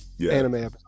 anime